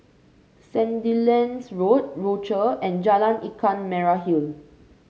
Sandilands Road Rochor and Jalan Ikan Merah Hill